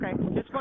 okay